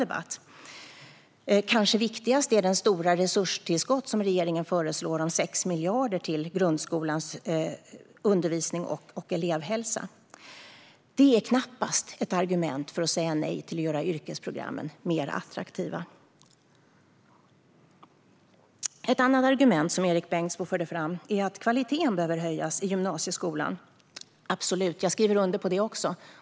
Det kanske viktigaste är de stora resurstillskott om 6 miljarder som regeringen föreslår till grundskolans undervisning och elevhälsa. Det här är knappast ett argument för att säga nej till att göra yrkesprogrammen attraktivare. Ett annat argument som Erik Bengtzboe förde fram är att kvaliteten behöver höjas i gymnasieskolan. Så är det absolut. Jag skriver under på det också.